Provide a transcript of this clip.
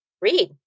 read